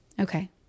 okay